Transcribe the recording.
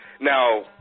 Now